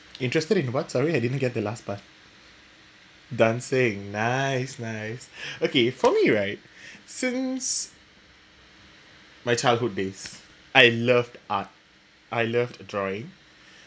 interested in what sorry I didn't get the last part dancing nice nice okay for me right since my childhood days I loved art I loved drawing